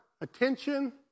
attention